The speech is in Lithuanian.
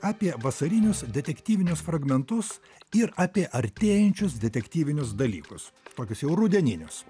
apie vasarinius detektyvinius fragmentus ir apie artėjančius detektyvinius dalykus tokius jau rudeninius